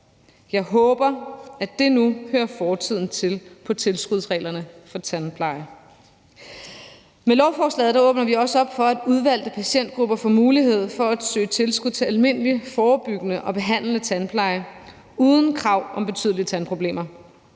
Jeg håber, at det nu hører fortiden til for tilskudsreglerne for tandpleje. Med lovforslaget åbner vi også op for, at udvalgte patientgrupper får mulighed for at søge tilskud til almindelig forebyggende og behandlende tandpleje uden krav om betydelige tandproblemer.